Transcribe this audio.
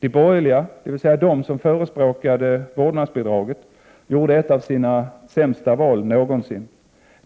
de borgerliga, dvs. de som förespråkade vårdnadsbidraget, gjorde ett av sina sämsta val någonsin.